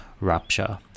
rupture